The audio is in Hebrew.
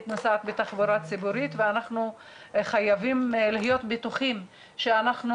נוסעים בתחבורה ציבורית ואנחנו חייבים להיות בטוחים שאנחנו